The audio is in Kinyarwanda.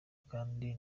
kandi